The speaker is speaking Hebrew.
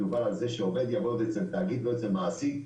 מדובר על זה שעובד יעבוד אצל תאגיד ולא אצל מעסיק,